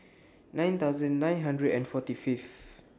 nine thousand nine hundred and forty Fifth